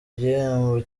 igihembo